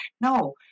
No